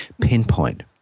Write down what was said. pinpoint